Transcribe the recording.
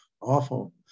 awful